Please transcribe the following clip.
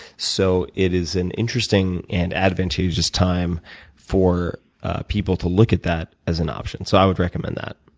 so it is an interesting and advantageous time for people to look at that as an option. so i would recommend that.